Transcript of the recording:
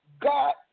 God